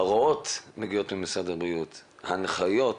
ההוראות מגיעות ממשרד הבריאות, ההנחיות,